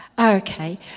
Okay